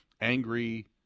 angry